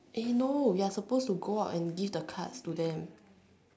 eh no you are supposed to go out and give the cards to them